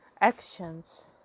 actions